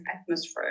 atmosphere